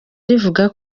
rivuga